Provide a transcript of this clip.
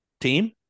team